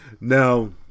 Now